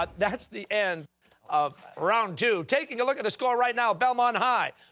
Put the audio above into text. but that's the end of round two. taking a look at the score right now, belmont high,